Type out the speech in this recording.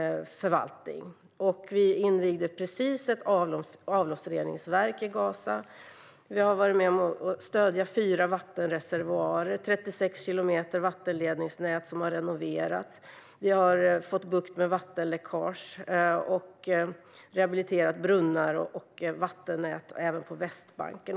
Vi invigde precis ett avloppsreningsverk i Gaza. Vårt stöd har gått till fyra vattenreservoarer och 36 kilometer vattenledningsnät som har renoverats. Vi har fått bukt med vattenläckage och rehabiliterat brunnar och vattennät även på Västbanken.